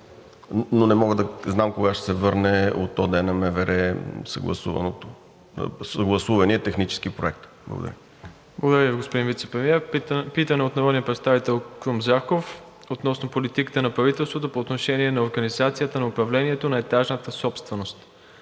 но не мога да знам кога ще се върне от ОД на МВР съгласуваният технически проект. ПРЕДСЕДАТЕЛ МИРОСЛАВ ИВАНОВ: Благодаря Ви, господин Вицепремиер. Питане от народния представител Крум Зарков относно политиката на правителството по отношение на организацията на управлението на етажната собственост.